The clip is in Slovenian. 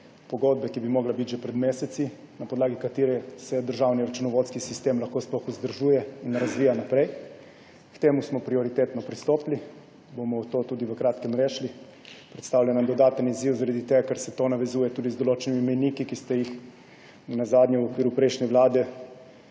pogodbe, ki bi morala biti že pred meseci, na podlagi katere se državni računovodski sistem lahko sploh vzdržuje in razvija naprej. K temu smo prioritetno pristopili, to bomo tudi v kratkem rešili. Predstavlja nam dodaten izziv zaradi tega, ker se to navezuje tudi na določene mejnike, ki ste jih ne nazadnje v okviru prejšnje vlade